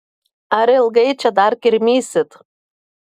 ar ilgai čia dar kirmysit